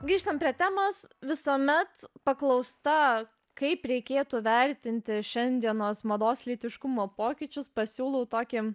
grįžtant prie temos visuomet paklausta kaip reikėtų vertinti šiandienos mados lytiškumo pokyčius pasiūlau tokį